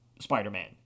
Spider-Man